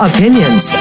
Opinions